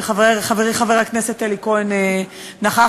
וחברי חבר הכנסת אלי כהן נכח,